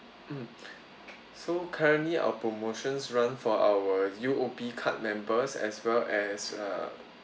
mm so currently our promotions run for our U_O_B card members as well as uh